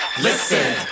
listen